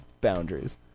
boundaries